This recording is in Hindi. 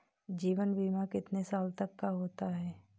जीवन बीमा कितने साल तक का होता है?